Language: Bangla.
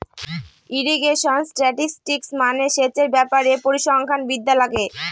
ইরিগেশন স্ট্যাটিসটিক্স মানে সেচের ব্যাপারে পরিসংখ্যান বিদ্যা লাগে